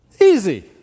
Easy